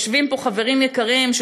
יושבים פה חברים יקרים,